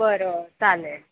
बरं चालेल